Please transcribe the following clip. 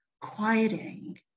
quieting